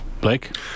Blake